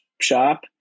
shop